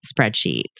spreadsheets